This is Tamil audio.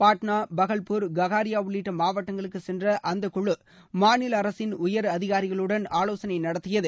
பாட்னா பாகல்பூர் ககாரியா உள்ளிட்ட மாவட்டங்களுக்குச் சென்ற அந்த குழு மாநில அரசின் உயர் அதிகாரிகளுடன் ஆலோசனை நடத்தியது